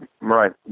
Right